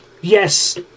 yes